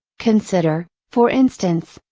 consider, for instance,